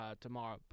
tomorrow